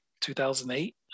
2008